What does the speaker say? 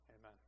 Amen